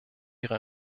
ihre